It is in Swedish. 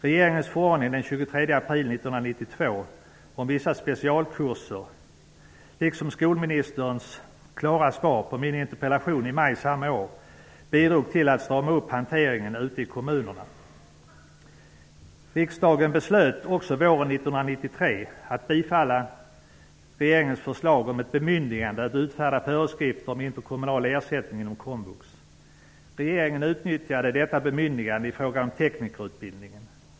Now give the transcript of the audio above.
Regeringens förordning den 23 april 1992 om vissa specialkurser, liksom skolministerns klara svar på min interpellation i maj samma år, bidrog till att strama upp hanteringen ute i kommunerna. Riksdagen beslöt också våren 1993 att bifalla regeringens förslag om ett bemyndigande att utfärda föreskrifter om interkommunal ersättnig inom komvux. Regeringen utnyttjade detta bemyndigande i fråga om teknikerutbildningen.